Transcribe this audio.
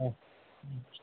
ஆ ம்